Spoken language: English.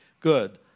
good